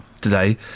today